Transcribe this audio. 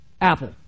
Apple